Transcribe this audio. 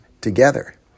together